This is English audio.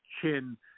chin